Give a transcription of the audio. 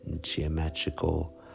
geometrical